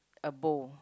a bow